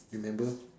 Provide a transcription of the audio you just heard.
remember